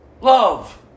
Love